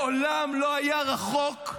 מעולם לא היו רחוקים